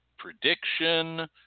prediction